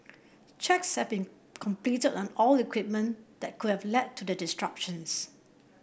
checks have been completed on all equipment that could have led to the disruptions